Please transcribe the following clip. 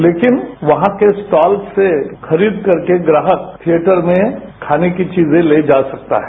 लेकिन वहां के स्टॉल से खरीदकर के ग्राहक खरीदकर थियेटर में खाने की चीजें ले जा सकता है